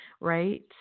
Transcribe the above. right